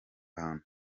hantu